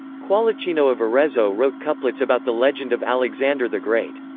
qualichino of arezzo wrote couplets about the legend of alexander the great.